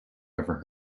ever